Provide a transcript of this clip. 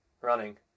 running